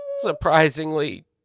surprisingly